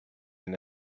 and